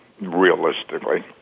realistically